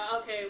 okay